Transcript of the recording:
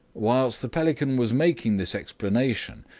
whilst the pelican was making this explanation,